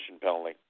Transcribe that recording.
penalty